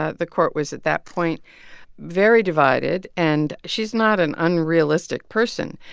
ah the court was at that point very divided. and she's not an unrealistic person.